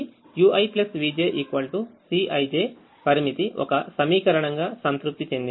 కాబట్టి uivj Cij పరిమితి ఒక సమీకరణం గా సంతృప్తి చెందింది